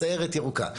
סיירת ירוקה,